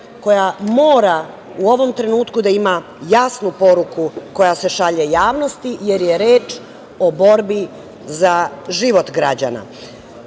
koja mora u ovom trenutku da ima jasnu poruku koja se šalje javnosti, jer je reč o borbi za život građana.